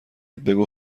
بگو